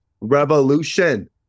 revolution